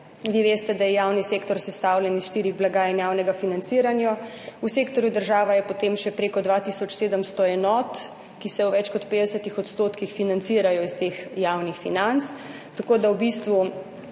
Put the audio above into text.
Vi veste, da je javni sektor sestavljen iz štirih blagajn javnega financiranja. V sektorju država je potem še preko 2 tisoč 700 enot, ki se v več kot 50 % financirajo iz teh javnih financ. Tako da v bistvu,